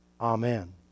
Amen